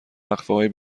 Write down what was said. وقفههای